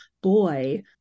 boy